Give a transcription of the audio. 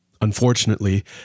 Unfortunately